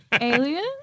Alien